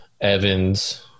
Evans